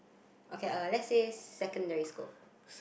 okay uh lets say secondary school